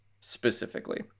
specifically